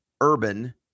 Urban